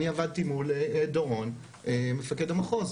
אני עבדתי מול דורון מפקד המחוז.